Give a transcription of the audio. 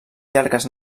llargues